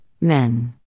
men